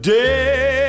day